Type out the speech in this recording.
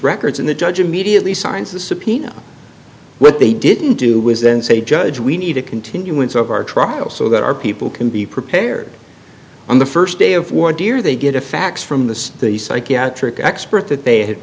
records and the judge immediately signs the subpoena what they didn't do was then say judge we need a continuance of our trial so that our people can be prepared on the first day of one tear they get a fax from the the psychiatric expert that they had